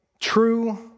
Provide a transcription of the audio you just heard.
true